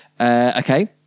Okay